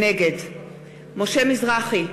נגד משה מזרחי,